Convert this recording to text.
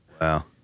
Wow